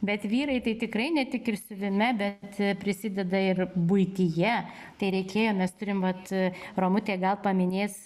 bet vyrai tai tikrai ne tik ir siuvime bet prisideda ir buityje kai reikėjo mes turim vat romutė gal paminės